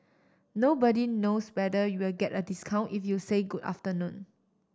nobody knows whether you'll get a discount if you say good afternoon